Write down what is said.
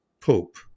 pope